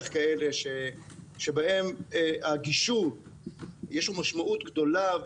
כאלה שבהן הגישור יש לו משמעות גדולה,